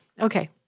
okay